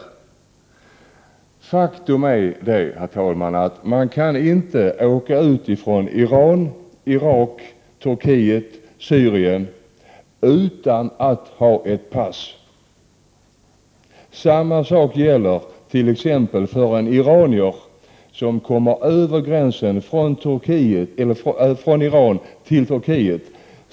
Jag har kontrollerat med invandrarverket, och faktum är att man inte kan lämna Iran, Irak, Turkiet eller Syrien utan att ha ett pass. Detsamma gäller t.ex. för en iranier som kommer över gränsen från Iran till Turkiet.